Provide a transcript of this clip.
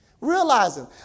realizing